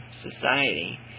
society